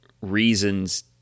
reasons